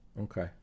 Okay